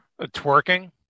Twerking